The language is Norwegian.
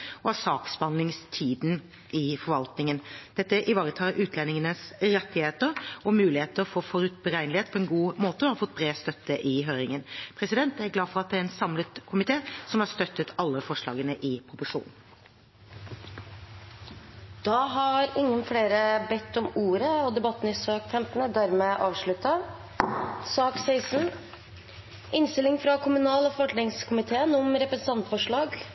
og av saksbehandlingstiden i forvaltningen. Dette ivaretar utlendingens rettigheter og muligheter for forutberegnelighet på en god måte og har fått bred støtte i høringen. Jeg er glad for at det er en samlet komité som har støttet alle forslagene i proposisjonen. Flere har ikke bedt om ordet til sak nr. 15. Etter ønske fra kommunal- og forvaltningskomiteen vil presidenten ordne debatten